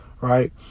Right